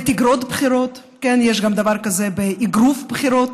בתגרות בחירות, כן, יש גם דבר כזה, באגרוף בחירות.